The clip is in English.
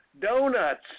donuts